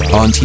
on